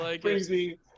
crazy